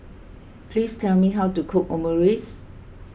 please tell me how to cook Omurice